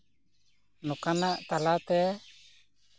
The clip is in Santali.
ᱱᱚᱝᱠᱟᱱᱟᱜ ᱛᱟᱞᱟᱛᱮ